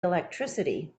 electricity